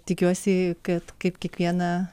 tikiuosi kad kaip kiekvieną